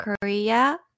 Korea